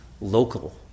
local